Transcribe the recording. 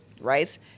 right